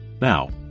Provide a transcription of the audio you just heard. Now